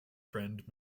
friend